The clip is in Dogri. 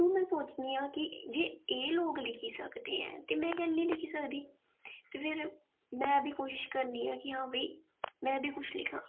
उत्थु में सोचनियां कि जे एह् लोक लिखी सकदें ते में केह् नीं लिखी सकदी ते फिर में बी कोशिश करनियां कि हां में बी कुछ लिखां